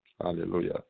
Hallelujah